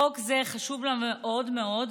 חוק זה חשוב לה מאוד מאוד,